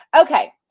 okay